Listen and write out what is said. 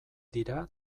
dira